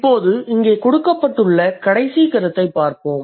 இப்போது இங்கே கொடுக்கப்பட்டுள்ள கடைசி கருத்தைப் பார்ப்போம்